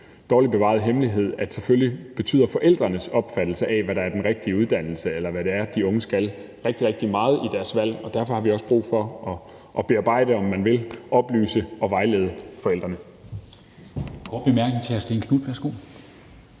dårligt bevaret hemmelighed, at selvfølgelig betyder forældrenes opfattelse af, hvad der er den rigtige uddannelse, eller hvad det er, de unge skal, rigtig, rigtig meget for deres valg. Og derfor har vi også brug for, om man vil, at bearbejde, oplyse og vejlede forældrene.